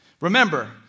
Remember